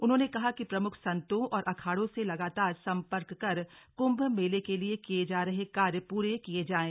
उन्होंने कहा कि प्रमुख संतों और अखाड़ों से लगातार संपर्क कर कुंभ मेले के लिए किए जा रहे कार्य पूरे किये जाएं